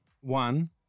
One